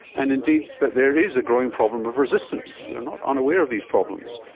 and indeed that there is a growing problem of resistance. they are not unaware of these problems.